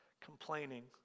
complaining